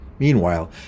Meanwhile